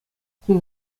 кун